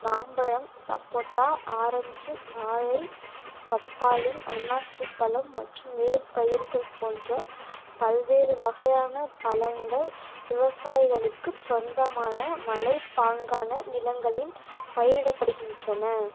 மாம்பழம் சப்போட்டா ஆரஞ்சு வாழை பப்பாளி அன்னாசி பழம் மற்றும் வேர்ப்பயிர்கள் போன்ற பல்வேறு வகையான பழங்கள் விவசாயிகளுக்குச் சொந்தமான மலைப்பாங்கான நிலங்களில் பயிரிடப்படுகின்றன